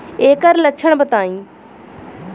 ऐकर लक्षण बताई?